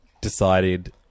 decided